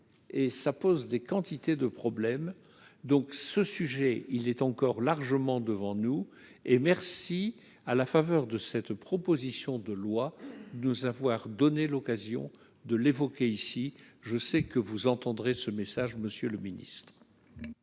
et ça pose des quantités de problèmes donc ce sujet, il est encore largement devant nous et merci à la faveur de cette proposition de loi de savoir donner l'occasion de l'évoquer ici, je sais que vous entendrez ce message, monsieur le ministre.